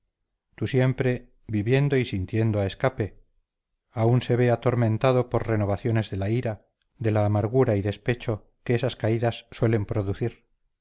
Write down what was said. tú siempre viviendo y sintiendo a escape aún se ve atormentado por renovaciones de la ira de la amargura y despecho que esas caídas suelen producir